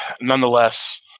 Nonetheless